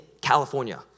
California